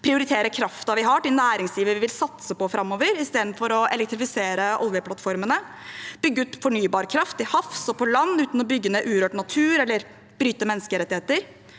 prioritere kraften vi har, til næringsliv vi vil satse på framover, i stedet for å elektrifisere oljeplattformene – bygge ut fornybar kraft til havs og på land uten å bygge ned urørt natur eller bryte menneskerettigheter